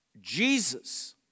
Jesus